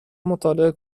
مطالعه